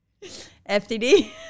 FTD